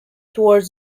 towards